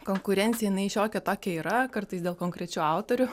konkurencija jinai šiokia tokia yra kartais dėl konkrečių autorių